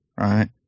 right